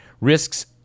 risks